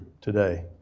today